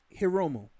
Hiromo